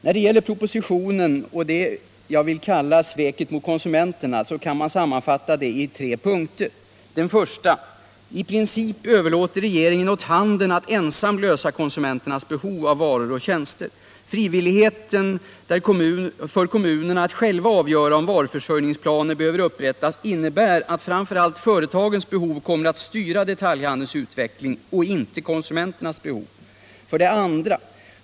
När det gäller propositionen och det jag vill kalla sveket mot konsumenterna kan jag sammanfatta detta i tre punkter: 1. I princip överlåter regeringen åt handeln att ensam lösa konsumenternas behov av varor och tjänster. Frivilligheten för kommunerna att själva avgöra om varuförsörjningsplaner behöver upprättas innebär att framför allt företagens behov kommer att styra detaljhandelns utveckling, inte konsumenternas behov. 2.